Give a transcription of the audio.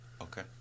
Okay